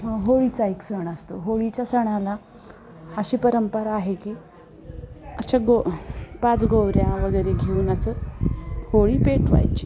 होळीचा एक सण असतो होळीच्या सणाला अशी परंपरा आहे की अशा गो पाच गोवऱ्या वगैरे घेऊन असं होळी पेटवायची